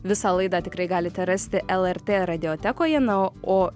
visą laidą tikrai galite rasti lrt radiotekoje na o